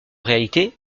réalité